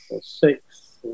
six